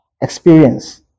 experience